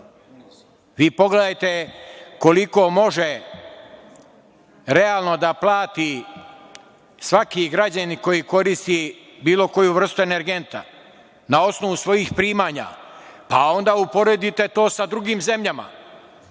pogledajte koliko može realno da plati svaki građanin koji koristi bilo koju vrstu energenta na osnovu svojih primanja, pa onda uporedite to sa drugim zemljama.